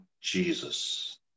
jesus